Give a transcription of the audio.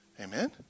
Amen